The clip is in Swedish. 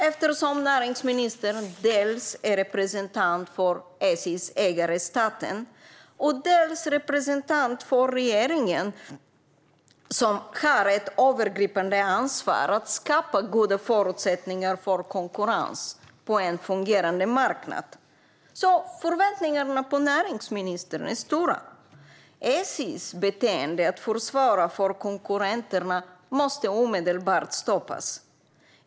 Eftersom näringsministern är dels representant för SJ:s ägare staten, dels representant för regeringen, som har ett övergripande ansvar för att skapa goda förutsättningar för konkurrens på en fungerande marknad, är förväntningarna på näringsministern höga. SJ:s beteende att försvåra för konkurrenterna måste omedelbart stoppas.